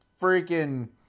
freaking